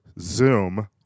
Zoom